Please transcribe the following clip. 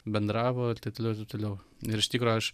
bendravo ir taip toliau ir taip toliau ir iš tikro aš